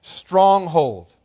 stronghold